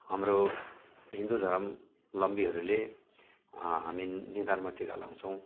हाम्रो हिन्दु धर्मालम्बीहरूले मेन निधारमा टिका लगाउँछौँ